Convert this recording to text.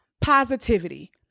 positivity